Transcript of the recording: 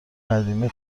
قدیمی